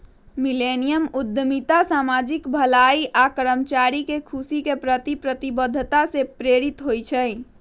millennium उद्यमिता सामाजिक भलाई आऽ कर्मचारी के खुशी के प्रति प्रतिबद्धता से प्रेरित होइ छइ